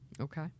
Okay